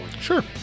Sure